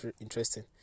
interesting